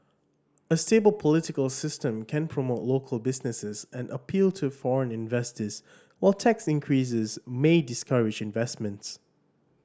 a stable political system can promote local businesses and appeal to foreign investors while tax increases may discourage investments